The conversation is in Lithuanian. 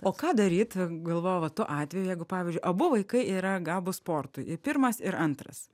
o ką daryt galvoju va tuo atveju jeigu pavyzdžiui abu vaikai yra gabūs sportui ir pirmas ir antras